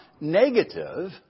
negative